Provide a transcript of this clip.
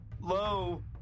Low